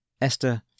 Esther